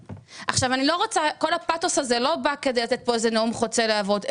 עכשיו אני לא רוצה שכל הפאתוס הזה יבוא כדי לתת איזה נאום חוצב להבות,